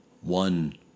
one